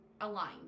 aligned